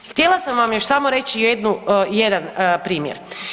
Htjela sam vam još samo reći jedan primjer.